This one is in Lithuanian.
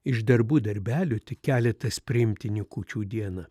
iš darbų darbelių tik keletas priimtini kūčių dieną